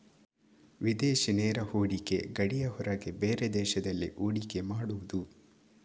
ವಿದೇಶಿ ನೇರ ಹೂಡಿಕೆ ಗಡಿಯ ಹೊರಗೆ ಬೇರೆ ದೇಶದಲ್ಲಿ ಹೂಡಿಕೆ ಮಾಡುದು